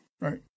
Right